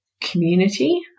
community